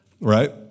Right